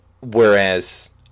whereas